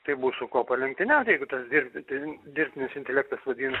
tai bus su kuo palenktyniaut jeigu tas dirbtinis intelektas ir